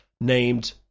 named